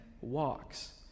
walks